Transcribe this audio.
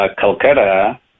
Calcutta